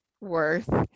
worth